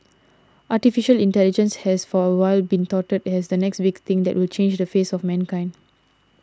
Artificial Intelligence has for a while been touted as the next big thing that will change the face of mankind